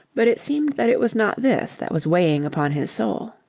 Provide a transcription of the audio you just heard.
but it seemed that it was not this that was weighing upon his soul.